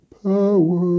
power